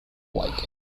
like